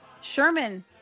Sherman